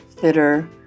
fitter